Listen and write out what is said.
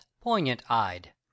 poignant-eyed